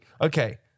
Okay